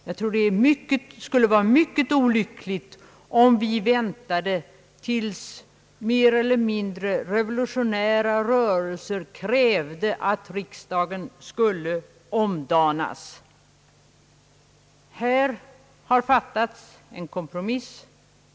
Jag tror det skulle vara mycket olyckligt om vi väntade tills mer eller mindre revolutionära rörelser krävde att riksdagen skulle omdanas. Här har träffats en kompromiss.